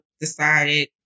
decided